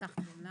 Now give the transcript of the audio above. ולקח תלונה.